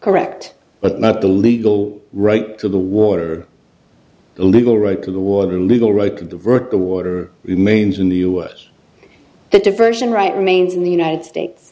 correct but not the legal right to the water the legal right to the water legal right to divert the water remains in the us the diversion right remains in the united states